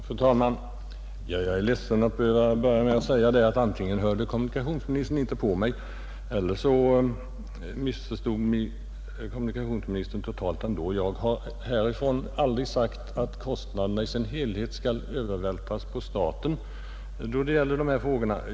Fru talman! Jag är ledsen att behöva börja med att säga att antingen hörde kommunikationsministern inte på mig eller också missförstod han mig totalt. Jag har aldrig sagt att kostnaderna i deras helhet skall övervältras på staten.